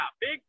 big